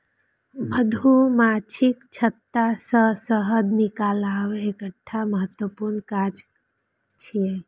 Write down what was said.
मधुमाछीक छत्ता सं शहद निकालब एकटा महत्वपूर्ण काज छियै